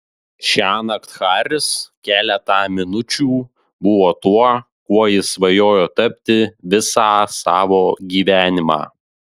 šiąnakt haris keletą minučių buvo tuo kuo jis svajojo tapti visą savo gyvenimą